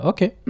Okay